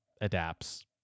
adapts